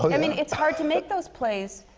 i mean, it's hard to make those plays.